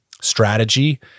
strategy